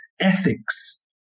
ethics